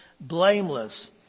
blameless